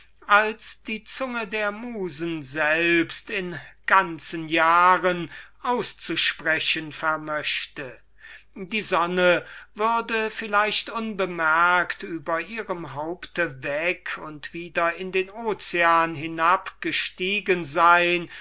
als die zunge der musen selbst in ganzen jahren auszusprechen vermöchte die sonne würde vielleicht unbemerkt über ihrem haupt hinweg und wieder in den ozean hinab gestiegen sein